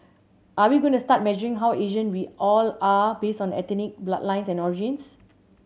are we going to start measuring how Asian we all are based on ethnic bloodlines and origins